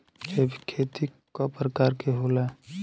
जैविक खेती कव प्रकार के होला?